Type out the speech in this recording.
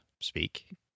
speak